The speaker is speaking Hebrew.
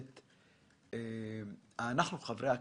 חברי הכנסת,